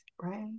right